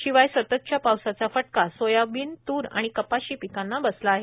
शिवाय सततच्या पावसाचा फटका सोयाबीन तूर आणि कपाशी पिकांना बसला आहे